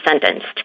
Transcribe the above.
sentenced